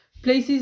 Places